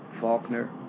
Faulkner